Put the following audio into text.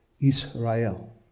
Israel